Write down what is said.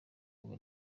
ubu